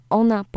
ona